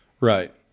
right